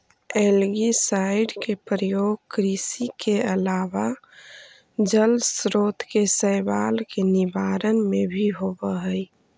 algicide के प्रयोग कृषि के अलावा जलस्रोत के शैवाल के निवारण में भी होवऽ हई